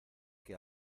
que